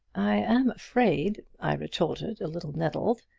i am afraid, i retorted, a little nettled,